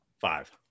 five